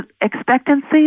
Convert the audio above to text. expectancy